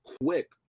quick